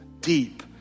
deep